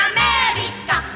America